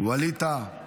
ווליד טאהא.